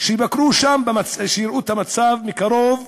שיבקרו שם, שיראו את המצב מקרוב,